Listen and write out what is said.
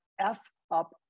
F-Up